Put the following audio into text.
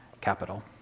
capital